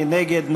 מי נגד?